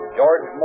George